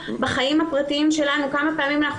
בחיים הפרטיים שלנו כמה פעמים אנחנו